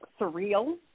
surreal